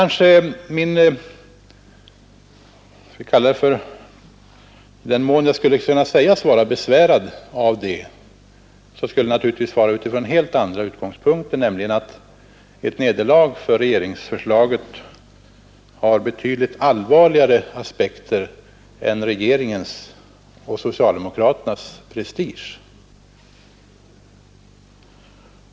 Nej, i den mån jag skulle kunna sägas vara besvärad, skulle det givetvis vara utifrån en helt annan utgångspunkt, nämligen att ett nederlag för regeringsförslaget har betydligt allvarligare aspekter än regeringens och socialdemokraternas prestige.